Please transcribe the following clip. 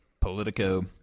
Politico